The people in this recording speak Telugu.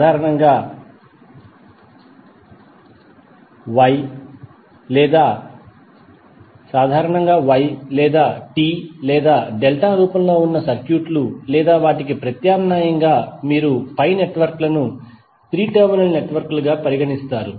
సాధారణంగా Y లేదా t లేదా డెల్టా రూపంలో ఉన్న సర్క్యూట్లు లేదా వాటికి ప్రత్యామ్నాయంగా మీరు పై నెట్వర్క్ లను 3 టెర్మినల్ నెట్వర్క్ లుగా పరిగణిస్తారు